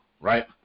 right